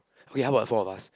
okay how about four of us